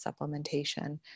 supplementation